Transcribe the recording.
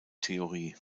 theorie